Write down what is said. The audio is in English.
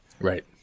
Right